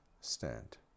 stand